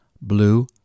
blue